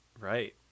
Right